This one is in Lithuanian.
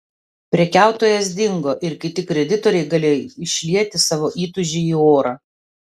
prekiautojas dingo ir kiti kreditoriai galėjo išlieti savo įtūžį į orą